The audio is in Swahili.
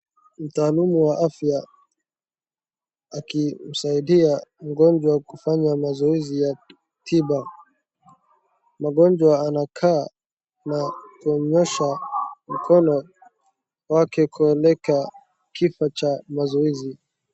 Mtaaluma wa afya akimsaidia mgonjwa kufanya mazoezi ya tiba. Mgonjwa anakaa na kunyoosha mkono wake kueleka kito cha mazoezi.